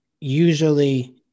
usually